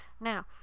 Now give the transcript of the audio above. Now